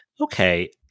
Okay